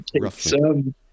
roughly